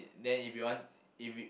then if you want if